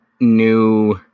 new